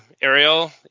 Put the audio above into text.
ariel